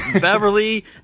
Beverly